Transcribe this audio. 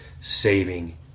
saving